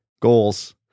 goals